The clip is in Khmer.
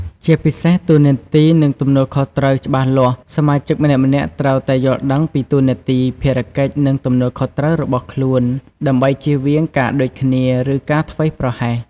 ជាពិសេស តួនាទី និងទំនួលខុសត្រូវច្បាស់លាស់ សមាជិកម្នាក់ៗត្រូវតែយល់ដឹងពីតួនាទី ភារកិច្ច និងទំនួលខុសត្រូវរបស់ខ្លួន ដើម្បីជៀសវាងការដូចគ្នា ឬការធ្វេសប្រហែស។